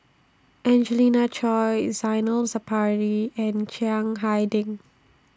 Angelina Choy Zainal Sapari and Chiang Hai Ding